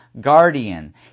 guardian